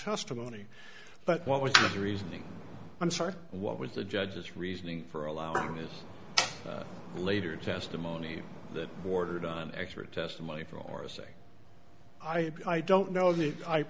testimony but what was the reasoning i'm sorry what was the judge's reasoning for allowing his later testimony that bordered on expert testimony for or say i don't know